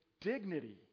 dignity